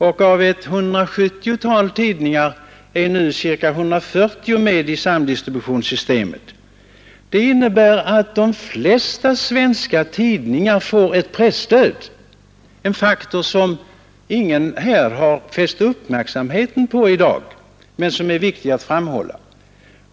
Av omkring 170 tidningar är nu ca 140 med i samdistributionssystemet. De flesta svenska tidningar får på det sättet ett presstöd, en faktor som ingen fäst uppmärksamheten på i dag men som är viktig att framhålla.